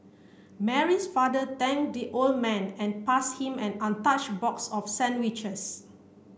Mary's father thanked the old man and passed him an untouched box of sandwiches